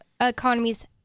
economies